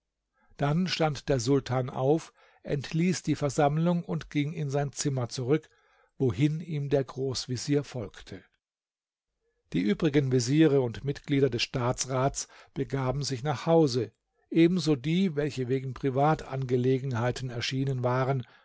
dann stand der sultan auf entließ die versammlung und ging in sein zimmer zurück wohin ihm der großvezier folgte die übrigen veziere und mitglieder des staatsrats begaben sich nach hause ebenso die welche wegen privatangelegenheiten erschienen waren